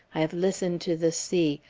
i have listened to the sea,